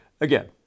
Again